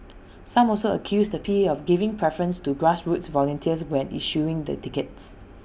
some also accused the P A of giving preference to grassroots volunteers when issuing the tickets